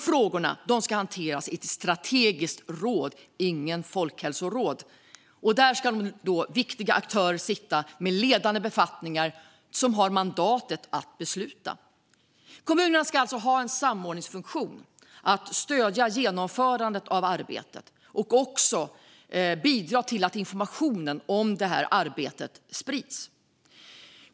Frågorna ska hanteras i ett strategiskt råd, inget folkhälsoråd, där övriga viktiga aktörer ska ha ledande befattningar och mandat att besluta. Kommunerna ska alltså ha en samordningsfunktion, stödja genomförandet av arbetet och också bidra till att information om arbetet sprids.